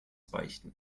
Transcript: beichten